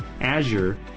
Azure